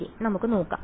ശരി നമുക്ക് നോക്കാം